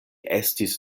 estis